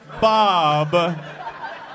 Bob